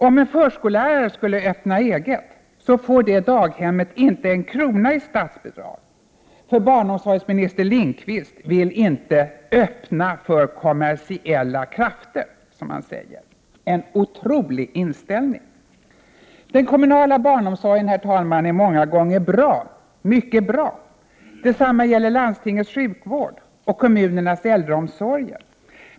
Om en förskollärare skulle öppna eget, så får det daghemmet inte en krona i statsbidrag, för barnomsorgsminister Lindqvist vill inte ”öppna för kommersiella krafter”, som han säger. En otrolig inställning. Den kommunala barnomsorgen, herr talman, är många gånger mycket bra. Detsamma gäller landstingets sjukvård och kommunernas äldreomsorger.